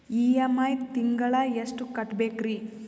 EMI ತಿಂಗಳ ಎಷ್ಟು ಕಟ್ಬಕ್ರೀ?